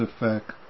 effect